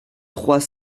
trois